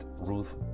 Ruth